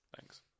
Thanks